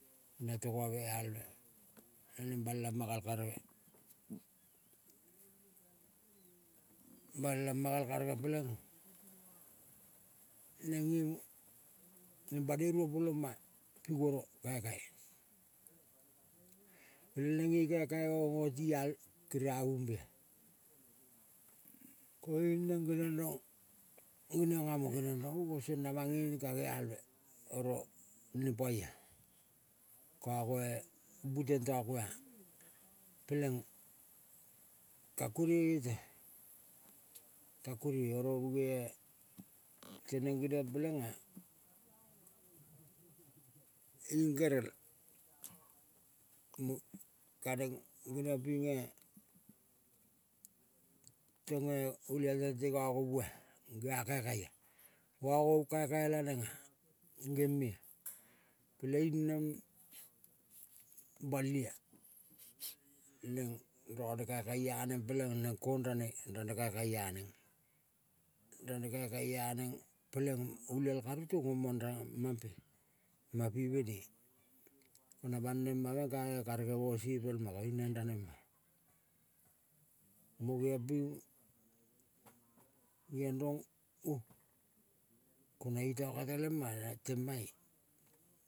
Na tongave, alve neng bala me gal karege. Bala ma gal kagere peleng neng ngeong neng banoi rovoloma-a pi guoro kaikai. Peleng neng nge kai kai omo oti al teria-vu mbea. Koiung neng geniong rong, geniong amo geniong rong-o kosong namange kange alve oro ne paia kagoe bu tentako a peleng ka kuone ete. Ka kuonei oro muge-e teneng geniong pelenga ing gerel mo kaneng giniong pinge tonge olial tente gago bu-a. Bua a kaikai ia kakai laneng, gemea. Peleing neng balia neng rone kaikai aneng peleng neng kong rane kakai aneng. Rane kakai aneng peleng olial ka, rutong omang rang mampe. Mampi me niai na bane ma meng kae karege mo se pelma koiung neng ranema, ilo geong ping geong rango ko iota ka talema temae.